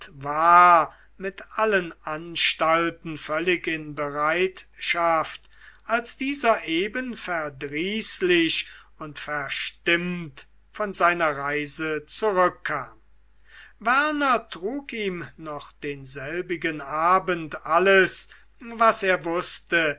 war mit allen anstalten völlig in bereitschaft als dieser eben verdrießlich und verstimmt von seiner reise zurückkam werner trug ihm noch denselbigen abend alles was er wußte